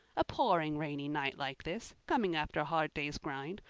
a pouring rainy night like this, coming after a hard day's grind,